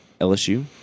LSU